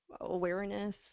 Awareness